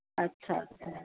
अच्छा अच्छा